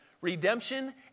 redemption